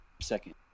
second